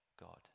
God